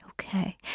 Okay